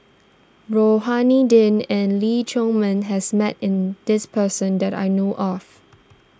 Rohani Din and Lee Chiaw Meng has met in this person that I know of